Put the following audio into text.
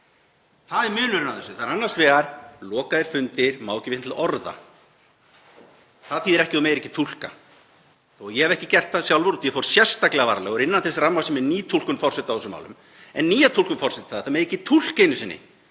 Það er munurinn á þessu. Það eru annars vegar lokaðir fundir, má ekki vitna til orða. Það þýðir ekki að þú megir ekki túlka þó að ég hafi ekki gert það sjálfur, ég fór sérstaklega varlega og var innan þess ramma sem er ný túlkun forseta á þessum málum. Þessi nýja túlkun forseta, að það megi ekki einu sinni